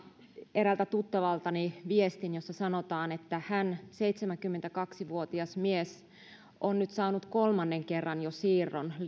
eräältä tuttavaltani viestin jossa sanotaan että hän seitsemänkymmentäkaksi vuotias mies on nyt saanut jo kolmannen kerran siirron